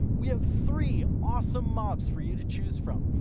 we have three awesome mobs for you to choose from.